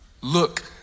Look